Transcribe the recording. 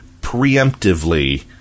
preemptively